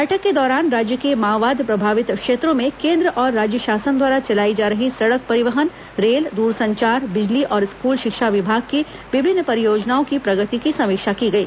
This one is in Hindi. बैठक के दौरान राज्य के माओवाद प्रभावित क्षेत्रों में केन्द्र और राज्य शासन द्वारा चलाई जा रही सड़क परिवहन रेल दूरसंचार बिजली और स्कूल शिक्षा विभाग की विभिन्न परियोजनाओं की प्रगति की समीक्षा की गई